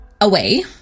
away